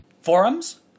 Forums